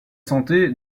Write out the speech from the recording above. santé